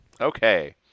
Okay